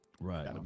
right